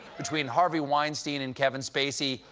between harvey weinstein and kevin spacey,